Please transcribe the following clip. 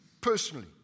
personally